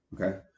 Okay